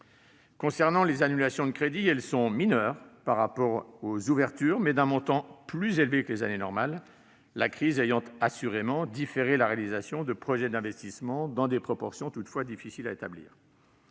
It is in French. d'engagement. Les annulations de crédits sont mineures par rapport aux ouvertures mais d'un montant plus élevé que les années normales, la crise ayant assurément différé la réalisation de projets d'investissement, dans des proportions toutefois difficiles à établir.